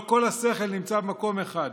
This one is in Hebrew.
לא כל השכל נמצא במקום אחד.